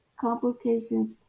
complications